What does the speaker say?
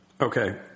Okay